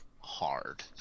hard